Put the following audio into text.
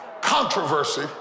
Controversy